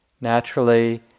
naturally